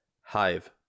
hive